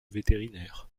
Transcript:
vétérinaire